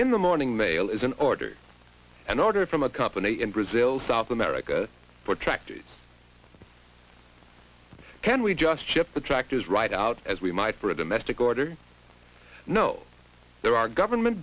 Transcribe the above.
in the morning mail is an order an order from a company in brazil south america for tractors can we just ship the tractors right out as we might for a domestic order i know there are government